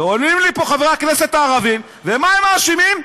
ועולים לי פה חברי הכנסת הערבים, ומה הם מאשימים?